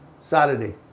Saturday